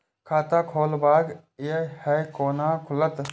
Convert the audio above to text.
खाता खोलवाक यै है कोना खुलत?